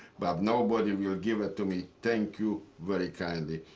but nobody will give it to me. thank you very kindly.